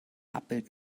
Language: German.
abbild